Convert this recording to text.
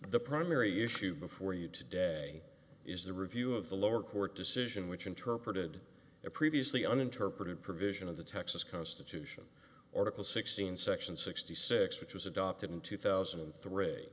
the primary issue before you today is the review of the lower court decision which interpreted a previously an interpretive provision of the texas constitution oracle sixteen section sixty six which was adopted in two thousand and three